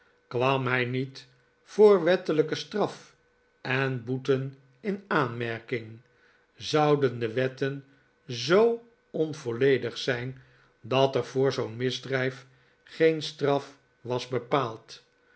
kwam hij niet voor wettelijke straf en boeten in aanmerking zouden de wetten zoo onvolledig zijn dat er voor zoo'n misdrijf geen straf was bepaald